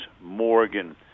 Morgan